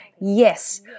Yes